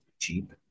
cheap